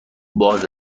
باز